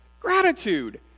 Gratitude